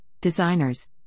designers